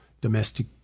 domestic